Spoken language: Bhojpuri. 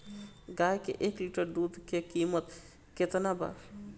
गाय के एक लीटर दूध के कीमत केतना बा?